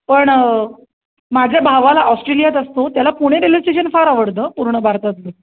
पण माझ्या भावाला ऑस्ट्रेलियात असतो त्याला पुणे रेल्वे स्टेशन फार आवडतं पूर्ण भारतातलं